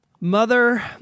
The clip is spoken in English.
mother